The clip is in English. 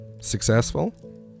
successful